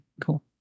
cool